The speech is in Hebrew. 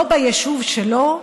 לא ביישוב שלו,